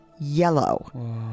yellow